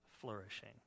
flourishing